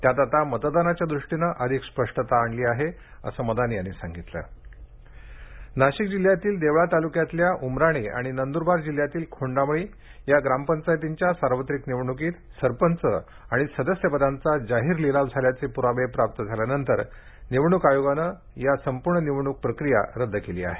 त्यात आता मतदानाच्या द्रष्टीने अधिक स्पष्टता आणली आहे असं मदान यांनी सांगितलं निवडण्क रद्द नाशिक जिल्ह्यातील देवळा तालुक्यातल्या उमराणे आणि नंदुरबार जिल्ह्यातील खोंडामळी या ग्रामपंचायतींच्या सार्वत्रिक निवडणुकीत सरपंच आणि सदस्यपदांचा जाहीर लिलाव झाल्याचे पुरावे प्राप्त झाल्यानंतर निवडणूक आयोगानं या ग्रामपंचायतींची संपूर्ण निवडणूक प्रक्रिया रद्द केली आहे